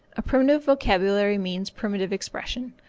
a primitive vocabulary means primitive expression,